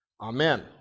Amen